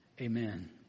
Amen